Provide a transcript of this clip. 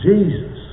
Jesus